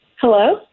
Hello